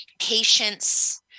patience